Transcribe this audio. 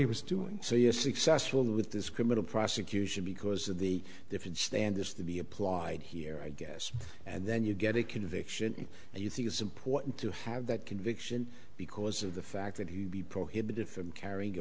he was doing so you're successful with this criminal prosecution because of the different standards to be applied here i guess and then you get a conviction and you think it's important to have that conviction because of the fact that he would be prohibited from carrying a